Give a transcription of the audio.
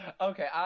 Okay